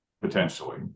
potentially